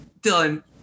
Dylan –